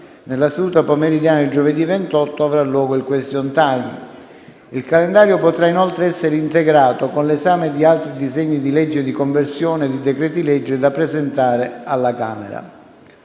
Nella seduta pomeridiana di giovedì 28 luglio avrà luogo il *question time*. Il calendario potrà, inoltre, essere integrato con l'esame di altri disegni di legge di conversione di decreti-legge da presentare alle Camere.